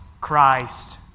Christ